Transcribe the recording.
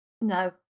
no